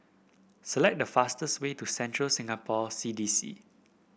select the fastest way to Central Singapore C D C